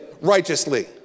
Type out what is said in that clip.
righteously